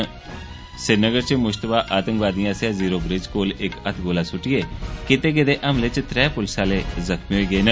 ऽ श्रीनगर च मुष्तबा आतंकवादियें आस्सेआ ज़ीरो ठतपकहम कोल इक हत्थगोला सुट्टिये कीते गेदे हमले च त्रै पुलसै आले घायल होई गे न